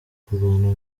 kurwana